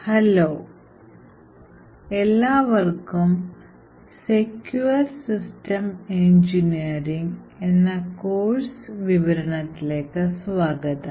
hello എല്ലാവർക്കും Secure System Engineering എന്ന course വിവരണത്തിലേക്ക് സ്വാഗതം